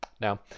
Now